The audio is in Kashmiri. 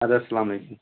اَدٕ حظ السلام علیکُم